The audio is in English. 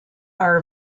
are